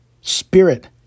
spirit